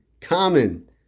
Common